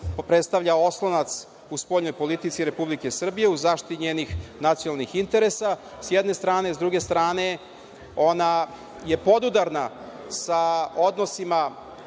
predstavlja oslonac u spoljnoj politici Republike Srbije, u zaštiti njenih nacionalnih interesa sa jedne strane.S druge strane, ona je podudarna sa odnosom